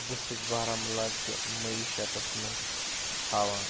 district Baramulla چہِ معیٖشَتَس منٛز تھاوان